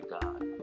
God